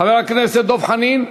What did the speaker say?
חבר הכנסת דב חנין,